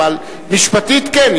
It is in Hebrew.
אבל משפטית כן,